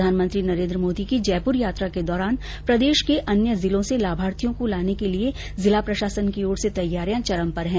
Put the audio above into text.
प्रधानमंत्री नरेन्द्र मोदी की जयपुर यात्रा के दौरान प्रदेश के अन्य जिलों से लाभार्थियों को लाने के लिये जिला प्रशासन की ओर से तैयारियां चरम पर है